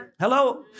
Hello